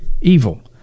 evil